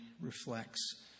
reflects